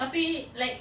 tapi like